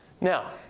Now